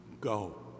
go